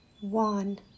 one